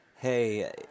Hey